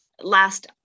last